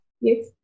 Yes